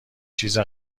چیز